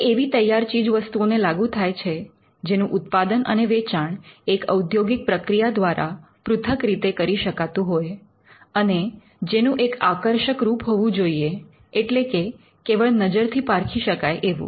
એ એવી તૈયાર ચીજવસ્તુઓને લાગુ થાય છે જેનું ઉત્પાદન અને વેચાણ એક ઔદ્યોગિક પ્રક્રિયા દ્વારા પૃથક રીતે કરી શકાતું હોય અને જેનું એક આકર્ષક રૂપ હોવું જોઈએ એટલે કે કેવળ નજરથી પારખી શકાય એવું